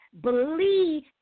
believe